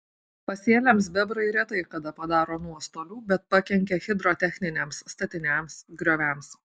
pasėliams bebrai retai kada padaro nuostolių bet pakenkia hidrotechniniams statiniams grioviams